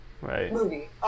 movie